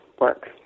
work